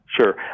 Sure